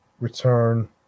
return